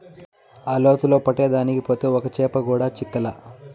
ఆ లోతులో పట్టేదానికి పోతే ఒక్క చేప కూడా చిక్కలా